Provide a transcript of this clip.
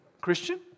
Christian